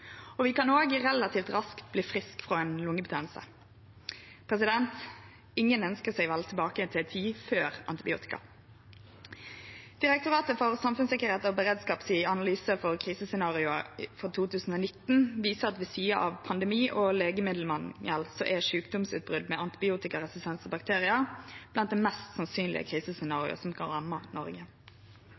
Vi kan òg relativt raskt verte friske frå ein lungebetennelse. Ingen ønskjer seg vel tilbake til ei tid før antibiotika. Direktoratet for samfunnstryggleik og beredskap sin analyse av krisescenario frå 2019 viser at ved sida av pandemi og lækjemiddelmangel er sjukdomsutbrot med antibiotikaresistente bakteriar blant dei mest sannsynlege krisescenarioa som kan ramme Noreg.